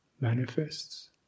manifests